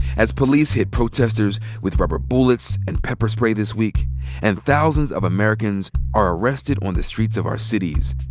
as police hit protestors with rubber bullets and pepper spray this week and thousands of americans are arrested on the streets of our cities,